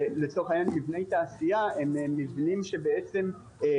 לצורך העניין מבני תעשייה הם מבנים שככל